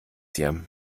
hier